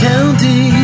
County